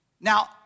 Now